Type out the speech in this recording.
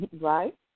Right